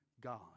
god